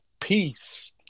peace